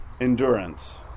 endurance